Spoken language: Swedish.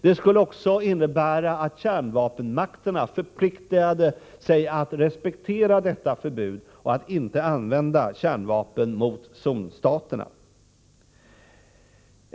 Det skulle också innebära att kärnvapenmakterna förpliktigade sig att respektera detta förbud och att inte använda kärnvapen mot zonstaterna.